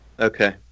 Okay